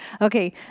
okay